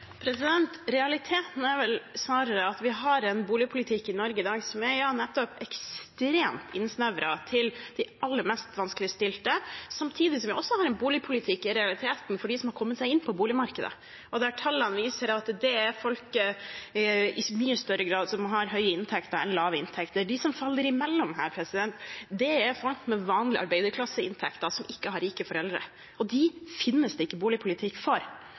vel snarere at vi har en boligpolitikk i Norge i dag som er – ja, nettopp ekstremt innsnevret til de aller mest vanskeligstilte, samtidig som vi har en boligpolitikk i realiteten for dem som har kommet seg inn på boligmarkedet, og der tallene viser at det er folk som i mye større grad har høye inntekter enn lave inntekter. De som faller imellom her, er folk med vanlige arbeiderklasseinntekter som ikke har rike foreldre, og dem finnes det ikke en boligpolitikk for,